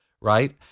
right